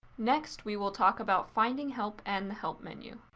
next, we will talk about finding help and help menu.